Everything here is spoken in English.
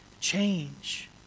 change